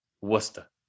Worcester